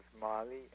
Molly